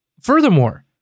furthermore